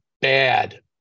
bad